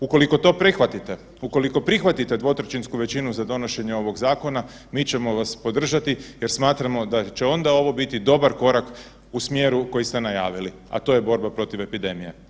Ukoliko to prihvatite, ukoliko prihvatite dvotrećinsku većinu za donošenje ovog zakona, mi ćemo vas podržati jer smatramo da će onda ovo biti dobar korak u smjeru koji ste najavili, a to je borba protiv epidemije.